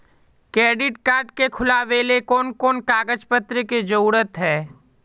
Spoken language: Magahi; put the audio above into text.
क्रेडिट कार्ड के खुलावेले कोन कोन कागज पत्र की जरूरत है?